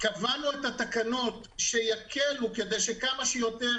קבענו תקנות שיקלו כדי שכמה שיותר